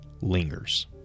lingers